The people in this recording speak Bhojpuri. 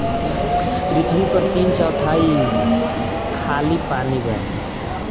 पृथ्वी पर तीन चौथाई खाली पानी बा